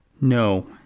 no